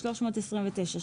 329,